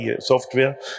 software